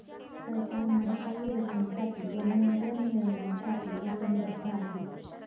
सरकार महागाई रोखण्यासाठी व नियंत्रण मिळवण्यासाठी वचनबद्ध आहे